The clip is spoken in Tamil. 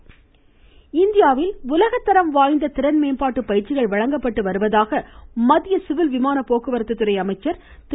அசோக் கஜபதி ராஜு இந்தியாவில் உலகத்தரம் வாய்ந்த திறன் மேம்பாட்டு பயிற்சிகள் வழங்கப்பட்டு வருவதாக மத்திய சிவில் விமான போக்குவரத்து துறை அமைச்சா் திரு